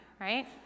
Right